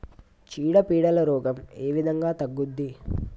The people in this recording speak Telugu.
చీడ పీడల రోగం ఏ విధంగా తగ్గుద్ది?